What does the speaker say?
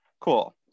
Cool